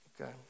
okay